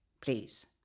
please